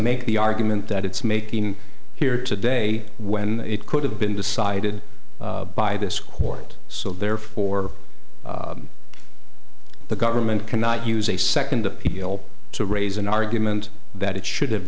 make the argument that it's making here today when it could have been decided by this court so therefore the government cannot use a second appeal to raise an argument that it should have